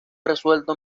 resuelto